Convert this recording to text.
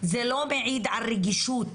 או על רגישות